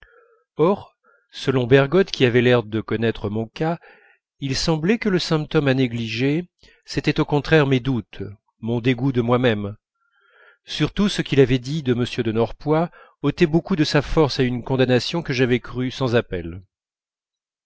or selon bergotte qui avait l'air de connaître mon cas il semblait que le symptôme à négliger c'était au contraire mes doutes mon dégoût de moi-même surtout ce qu'il avait dit de m de norpois ôtait beaucoup de sa force à une condamnation que j'avais crue sans appel